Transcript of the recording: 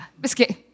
Biscuit